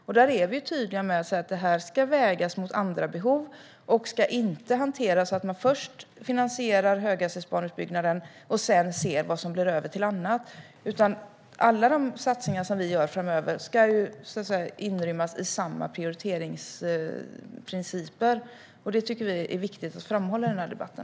Vi är tydliga med att detta ska vägas mot andra behov och att det inte ska hanteras så att man först finansierar höghastighetsbaneutbyggnaden och sedan ser vad som blir över till annat. Alla de satsningar som vi gör framöver ska inrymmas enligt samma prioriteringsprinciper. Detta är viktigt att framhålla i debatten.